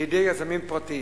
לידי יזמים פרטיים.